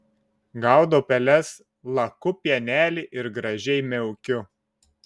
gaudau peles laku pienelį ir gražiai miaukiu